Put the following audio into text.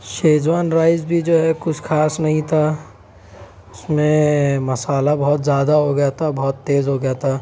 schezwan rice بھی جو ہے کچھ خاص نہیں تھا اس میں مسالا بہت زیادہ ہو گیا تھا بہت تیز ہو گیا تھا